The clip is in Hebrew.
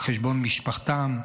על חשבון משפחתם,